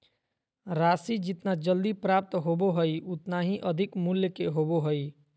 राशि जितना जल्दी प्राप्त होबो हइ उतना ही अधिक मूल्य के होबो हइ